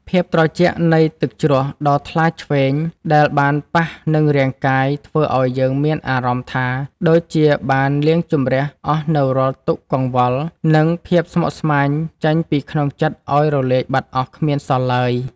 ភាពត្រជាក់នៃទឹកជ្រោះដ៏ថ្លាឈ្វេងដែលបានប៉ះនឹងរាងកាយធ្វើឱ្យយើងមានអារម្មណ៍ថាដូចជាបានលាងជម្រះអស់នូវរាល់ទុក្ខកង្វល់ និង ភាពស្មុគស្មាញចេញពីក្នុងចិត្តឱ្យរលាយបាត់អស់គ្មានសល់ឡើយ។